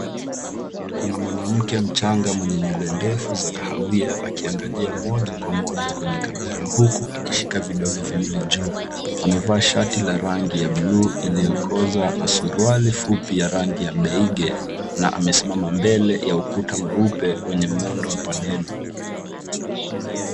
Kuna mwanamke mchanga mwenye nywele ndefu za kahawia akiangalia moja kwa moja kwenye kamera huku akishika vidole viwili juu. Amevaa shati la rangi ya bluu iliyokaza na suruali fupi ya rangi ya beige na amesimama mbele ya ukuta mweupe wenye muundo wa paneli.